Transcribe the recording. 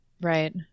Right